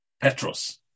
petros